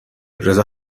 رضا